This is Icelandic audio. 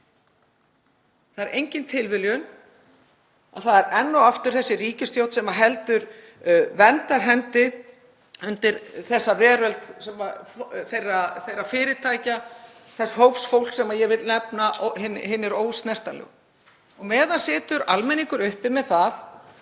Það er engin tilviljun að það er enn og aftur þessi ríkisstjórn sem heldur verndarhendi yfir veröld þeirra fyrirtækja, þess hóps fólks sem ég vil nefna hina ósnertanlegu. Á meðan situr almenningur uppi með það